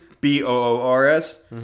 B-O-O-R-S